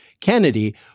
Kennedy